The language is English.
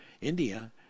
India